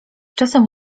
czasem